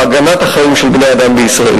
בהגנת החיים של בני-האדם בישראל.